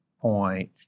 point